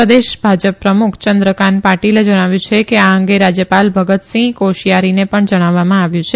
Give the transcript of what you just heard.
પ્રદેશ ભાજપ પ્રમુખ ચંદ્રકાન્ત પાર્ટીને જણાવ્યું છે કે આ અંગે રાજયપાલ ભગતસિંહ કોશયારીને પણ જણાવવામાં આવ્યું છે